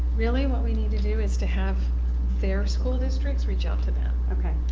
really what we need to do is to have their school districts reach out to them. ok.